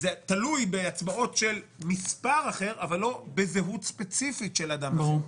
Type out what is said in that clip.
כאשר זה תלוי בהצבעות של מספר אחר אבל לא בזהות ספציפית של אדם אחר.